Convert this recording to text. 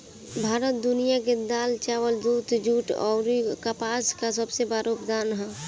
भारत दुनिया में दाल चावल दूध जूट आउर कपास का सबसे बड़ा उत्पादक ह